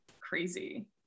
crazy